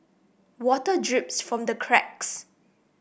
water drips from the cracks